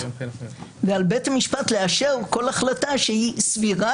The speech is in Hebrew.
ועל בית המשפט לאשר כל החלטה שהיא סבירה.